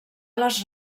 les